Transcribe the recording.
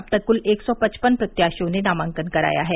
अब तक क्ल एक सौ पचपन प्रत्याशियों ने नामांकन कराया है